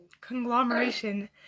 conglomeration